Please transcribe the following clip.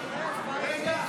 רגע,